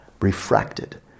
Refracted